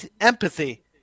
empathy